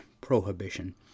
Prohibition